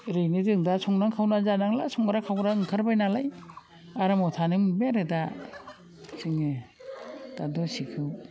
ओरैनो जों दा संनानै खावनानै जानांला संग्रा खावग्रा ओंखारबाय नालाय आरामाव थानो मोनबाय आरो दा जोङो दा दसेखौ